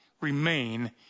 remain